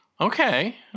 Okay